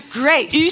grace